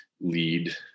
lead